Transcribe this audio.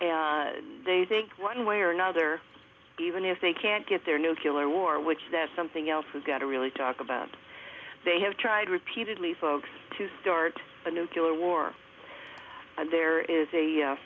and they think one way or another even if they can't get their nucular war which that something else has got to really talk about they have tried repeatedly folks to start a nuclear war and there is a